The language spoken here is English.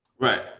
Right